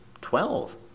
Twelve